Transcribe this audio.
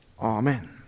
amen